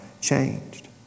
changed